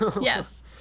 yes